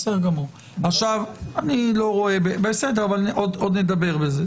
עוד נדבר בזה.